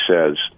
says